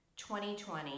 2020